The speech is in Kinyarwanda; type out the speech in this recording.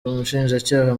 umushinjacyaha